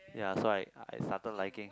ya so I I started liking